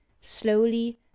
slowly